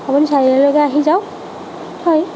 আপুনি চাৰিআলিলৈকে আহি যাওক হয়